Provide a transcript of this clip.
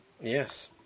Yes